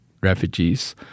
refugees